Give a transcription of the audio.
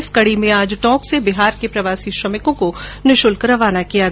इस कड़ी में आज टोंक से बिहार के प्रवासी श्रमिकों को निशुल्क रवाना किया गया